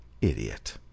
Idiot